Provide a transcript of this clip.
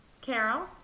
Carol